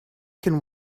can